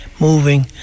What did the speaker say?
moving